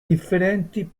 differenti